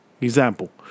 example